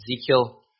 Ezekiel